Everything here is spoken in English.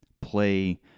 play